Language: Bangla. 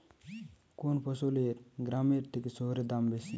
কোন ফসলের গ্রামের থেকে শহরে দাম বেশি?